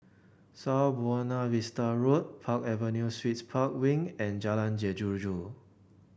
South Buona Vista Road Park Avenue Suites Park Wing and Jalan Jeruju